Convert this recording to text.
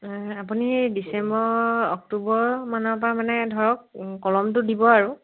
আপুনি December October মানৰ পৰা মানে ধৰক কলমটো দিব আৰু